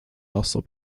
also